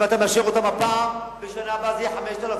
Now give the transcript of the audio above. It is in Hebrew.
ואם אתה מאשר אותם הפעם, בשנה הבאה זה יהיה 5,000,